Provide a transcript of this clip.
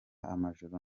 amajoro